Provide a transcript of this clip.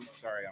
Sorry